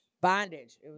Bondage